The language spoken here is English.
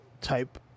type